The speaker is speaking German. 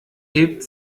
hebt